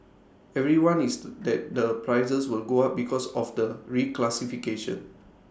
everyone is that the prices will go up because of the reclassification